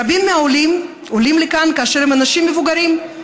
רבים מהעולים עולים לכאן כאשר הם אנשים מבוגרים,